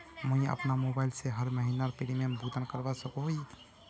मुई अपना मोबाईल से हर महीनार प्रीमियम भुगतान करवा सकोहो ही?